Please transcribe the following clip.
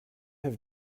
have